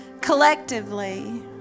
collectively